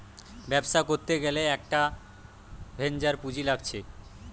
ব্যবসা করতে গ্যালে একটা ভেঞ্চার পুঁজি লাগছে